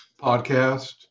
Podcast